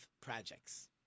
projects